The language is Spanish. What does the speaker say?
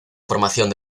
formación